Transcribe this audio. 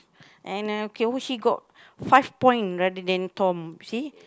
and uh okay oh she got five point rather than Tom see